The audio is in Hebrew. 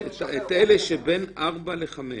אלה שבין ארבע לחמש.